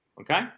Okay